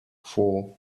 for